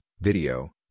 video